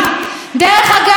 דרך אגב,